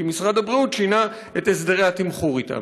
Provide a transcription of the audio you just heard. כי משרד הבריאות שינה את הסדרי התמחור אתם.